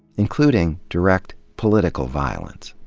including direct political violence.